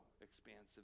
expansive